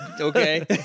Okay